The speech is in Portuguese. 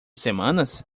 semanas